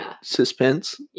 suspense